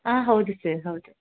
ಹಾಂ ಹೌದು ಸರ್ ಹೌದು